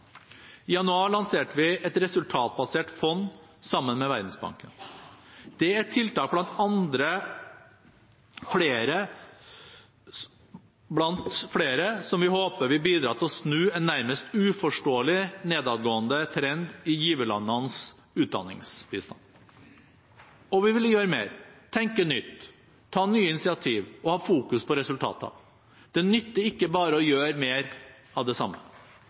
I januar lanserte vi et resultatbasert fond sammen med Verdensbanken. Det er et tiltak blant flere som vi håper vil bidra til å snu en nærmest uforståelig nedadgående trend i giverlandenes utdanningsbistand. Og vi vil gjøre mer: tenke nytt, ta nye initiativ og ha fokus på resultater. Det nytter ikke bare å gjøre mer av det samme.